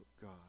God